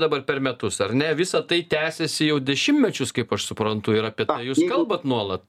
dabar per metus ar ne visą tai tęsiasi jau dešimtmečius kaip aš suprantu ir apie tą jūs kalbat nuolat